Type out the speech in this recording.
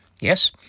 Yes